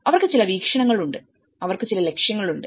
അവർക്ക് ചില വീക്ഷണങ്ങൾ ഉണ്ട് അവർക്ക് ചില ലക്ഷ്യങ്ങളുണ്ട്